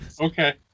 Okay